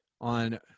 on